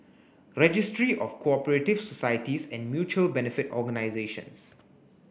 registry of Cooperative Societies and Mutual Benefit Organisations